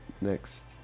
next